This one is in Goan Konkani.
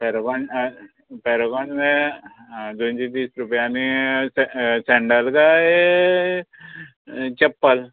पॅरोगोन पॅरोगोन दोनशी तीस रुपया आनी सँडल सेंडल काय चप्पल